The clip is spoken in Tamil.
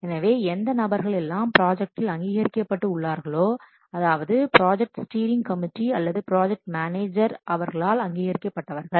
எனவே எந்த நபர்கள் எல்லாம் ப்ராஜெக்டில் அங்கீகரிக்கப்பட்டு உள்ளார்களோ அதாவது ப்ராஜெக்டின் ஸ்டீரிங் கமிட்டி அல்லது ப்ராஜெக்ட் மேனேஜர் அங்கீகரிக்கப்பட்டவர்கள்